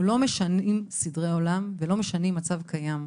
כרגע אנחנו לא משנים סדרי עולם ולא משנים מצב קיים.